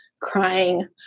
crying